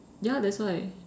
ya that's why